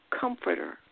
comforter